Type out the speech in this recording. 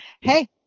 Hey